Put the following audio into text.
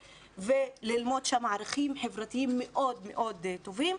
וללמוד שם ערכים חברתיים מאוד מאוד טובים,